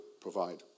provide